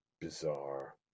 bizarre